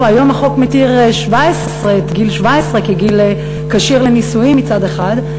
היום החוק מתיר את גיל 17 כגיל כשיר לנישואין מצד אחד,